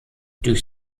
durch